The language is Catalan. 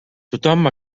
tothom